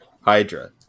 Hydra